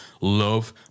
love